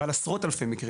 ועל עשרות אלפי מקרים.